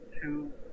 two